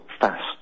fast